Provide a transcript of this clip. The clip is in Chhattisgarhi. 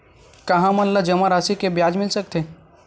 का हमन ला जमा राशि से ब्याज मिल सकथे?